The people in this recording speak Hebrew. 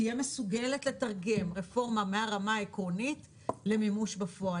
תהיה מסוגלת לתרגם רפורמה מהרמה העקרונית למימוש בפועל.